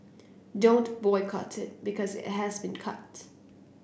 don't boycott it because it has been cut